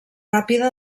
ràpida